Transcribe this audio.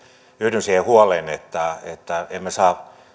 yhdyn siihen huoleen että että emme saa